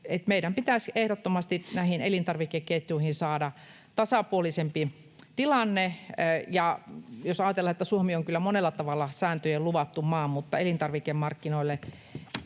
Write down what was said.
meidän pitäisi ehdottomasti näihin elintarvikeketjuihin saada tasapuolisempi tilanne. Ajatellaan, että Suomi on kyllä monella tavalla sääntöjen luvattu maa, mutta elintarvikemarkkinoilta